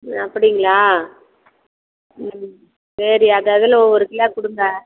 ஆ அப்படிங்களா ம் சரி அதஅதுல ஒவ்வொரு கிலோ கொடுங்க